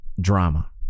drama